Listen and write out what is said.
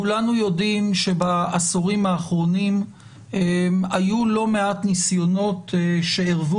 כולנו יודעים שבעשורים האחרונים היו לא מעט ניסיונות שעירבו